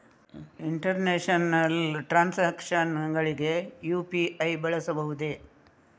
International transactions ಗಳಿಗೆ UPI ಬಳಸಬಹುದೇ?